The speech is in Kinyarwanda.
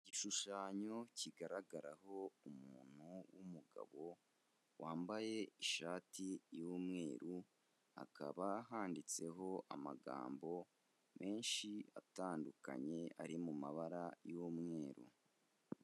Igishushanyo kigaragaraho umuntu w'umugabo wambaye ishati y'umweru, hakaba handitseho amagambo menshi atandukanye ari mu mabara y'umweru.